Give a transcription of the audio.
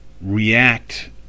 react